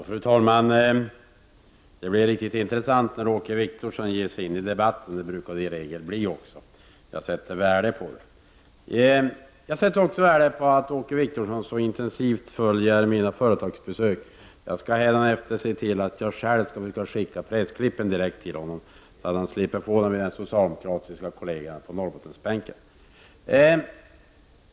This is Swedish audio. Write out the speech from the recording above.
Fru talman! Det blev riktigt intressant när Åke Wictorsson gav sig in i debatten. Så brukar det ju också bli. Jag sätter värde på detta, och jag sätter också värde på att Åke Wictorsson så intensivt följer mina företagsbesök. Hädanefter skall jag se till att jag själv skickar pressklippen till honom, så att han slipper få dem genom den socialdemokratiska kollegan på Norbottensbänken.